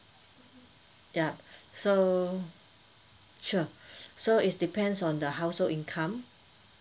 yup so sure so is depends on the household income